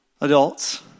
adults